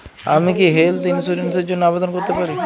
আমি কি health insurance র জন্য আবেদন করতে পারি?